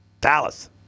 Dallas